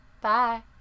Bye